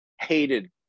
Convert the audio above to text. hated